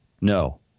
No